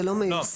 זה לא מיושם.